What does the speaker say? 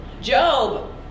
Job